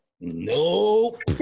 Nope